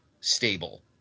stable